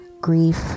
grief